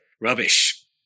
rubbish